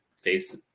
face